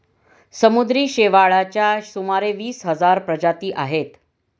समुद्री शेवाळाच्या सुमारे वीस हजार प्रजाती आहेत